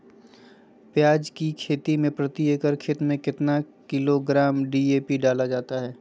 प्याज की खेती में प्रति एकड़ खेत में कितना किलोग्राम डी.ए.पी डाला जाता है?